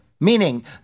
meaning